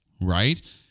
right